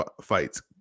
fights